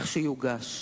לכשיוגש.